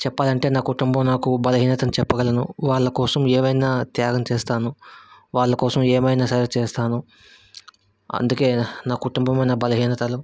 చెప్పాలంటే నాకు కుటుంబం నాకు బలహీనత అని చెప్పగలను వాళ్ళ కోసం ఏమైనా త్యాగం చేస్తాను వాళ్ళ కోసం ఏమైనా సరే చేస్తాను అందుకే నా కుటుంబం నా బలహీనతలు